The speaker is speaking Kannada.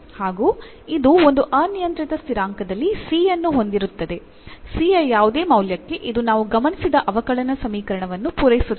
ಹಾಗೂ ಇದು ಒಂದು ಅನಿಯಂತ್ರಿತ ಸ್ಥಿರಾಂಕದಲ್ಲಿ c ಅನ್ನು ಹೊಂದಿರುತ್ತದೆ c ಯ ಯಾವುದೇ ಮೌಲ್ಯಕ್ಕೆ ಇದು ನಾವು ಗಮನಿಸಿದ ಅವಕಲನ ಸಮೀಕರಣವನ್ನು ಪೂರೈಸುತ್ತದೆ